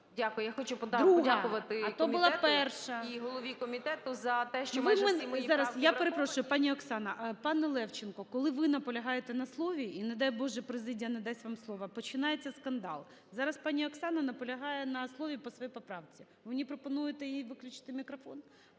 Дякую. Я хочу подякувати комітету і голові комітету за те, що майже всі мої правки враховані. ГОЛОВУЮЧИЙ. Зараз, я перепрошую, пані Оксана. Пане Левченко, коли ви наполягаєте на слові, і не дай Боже, президія не дасть вам слово, починається скандал. Зараз пані Оксана наполягає на слові по своїй поправці. Ви мені пропонуєте, їй виключити мікрофон?